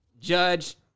Judge